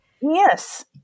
Yes